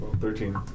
thirteen